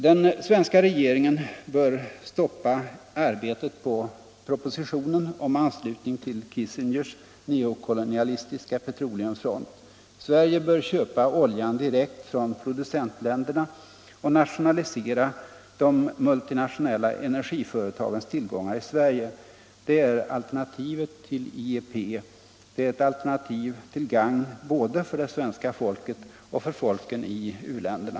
Den svenska regeringen bör stoppa arbetet på propositionen om anslutning till Kissingers neokolonialistiska petroleumfront. Sverige bör köpa oljan direkt från producentländerna och nationalisera de multinationella energiföretagens tillgångar i Sverige. Det är alternativet till IEP. Det är ett alternativ till gagn både för det svenska folket och för folken i u-länderna.